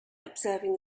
observing